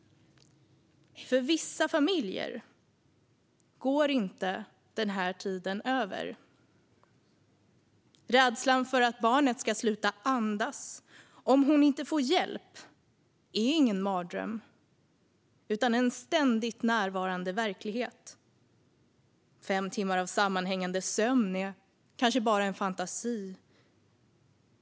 För vissa familjer går den här tiden inte över. Rädslan för att barnet ska sluta andas om hon inte får hjälp är ingen mardröm utan en ständigt närvarande verklighet. Fem timmar av sammanhängande sömn är kanske bara en fantasi.